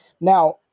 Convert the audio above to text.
Now